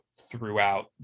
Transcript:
throughout